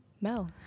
mel